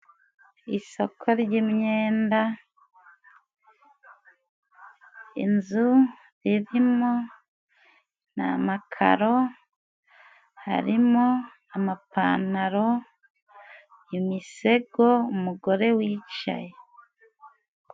Isoko ry'imyenda, inzu irimo n'amakaro harimo amapantaro, imisego, umugore wicaye.